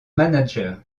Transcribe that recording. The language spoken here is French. manager